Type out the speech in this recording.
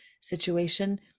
situation